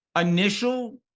initial